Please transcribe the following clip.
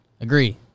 agree